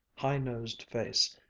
high-nosed face,